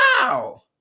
wow